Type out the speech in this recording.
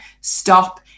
stop